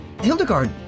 Hildegard